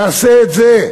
תעשה את זה.